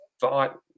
thought